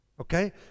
Okay